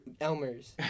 Elmer's